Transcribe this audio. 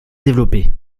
développées